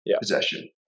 possession